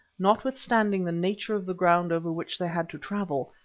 notwithstanding the nature of the ground over which they had to travel,